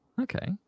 Okay